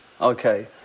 Okay